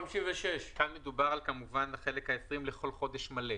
כאן מדובר על החלק העשרים לכל חודש מלא.